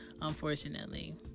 unfortunately